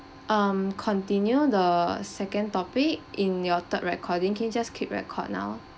um continue the second topic in your third recording can you just click record now